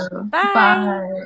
bye